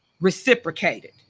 reciprocated